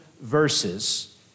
verses